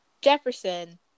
Jefferson